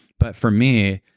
but for me,